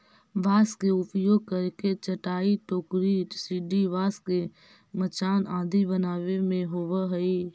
बाँस के उपयोग करके चटाई, टोकरी, सीढ़ी, बाँस के मचान आदि बनावे में होवऽ हइ